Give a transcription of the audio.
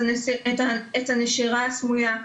את הנשירה הסמויה,